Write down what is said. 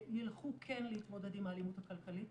שכן ילכו להתמודד עם האלימות הכלכלית